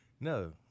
No